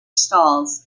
stalls